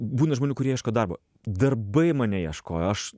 būna žmonių kurie ieško darbo darbai mane ieškojo aš